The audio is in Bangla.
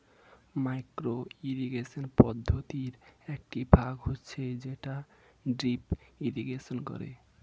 মাইক্রো ইরিগেশন পদ্ধতির একটি ভাগ হচ্ছে যেটা ড্রিপ ইরিগেশন করে